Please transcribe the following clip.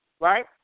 right